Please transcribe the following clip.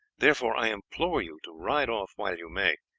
therefore i implore you to ride off while you may.